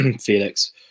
Felix